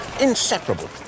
inseparable